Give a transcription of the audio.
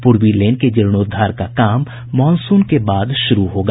पूर्वी लेन के जीर्णोद्धार का काम मॉनसून के बाद शुरू होगा